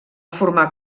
formar